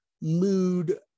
mood